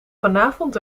vanavond